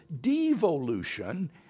devolution